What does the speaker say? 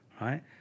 right